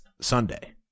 Sunday